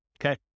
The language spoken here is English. okay